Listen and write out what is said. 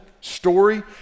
story